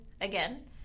again